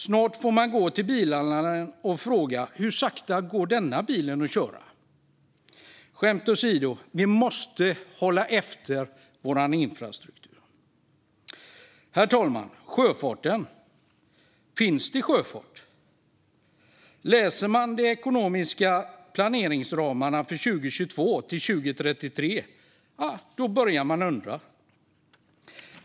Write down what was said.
Snart får man gå till bilhandlaren och fråga: Hur sakta går den här bilen att köra? Skämt åsido - vi måste hålla efter vår infrastruktur. Herr talman! Finns det någon sjöfart? Läser man de ekonomiska planeringsramarna för 2022-2033 börjar man undra.